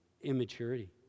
immaturity